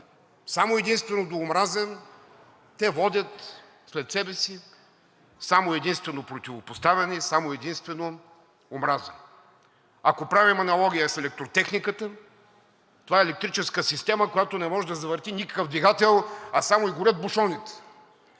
само и единствено до омраза те водят след себе си само и единствено противопоставяне и само и единствено омраза. Ако правим аналогия с електротехниката, това е електрическа система, която не може да завърти никакъв двигател, а само ѝ горят бушоните.